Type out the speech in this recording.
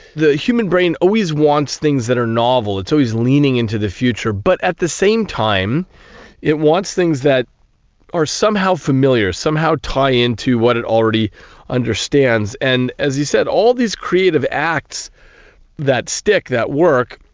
the human brain always wants things that are novel, it's always leaning into the future. but at the same time it wants things that are somehow familiar, somehow tie into what it already understands. and as you said, all these creative acts that stick, that work,